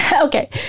Okay